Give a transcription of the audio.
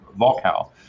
Volkow